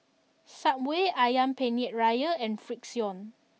Subway Ayam Penyet Ria and Frixion